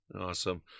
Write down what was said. Awesome